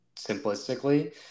simplistically